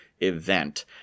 event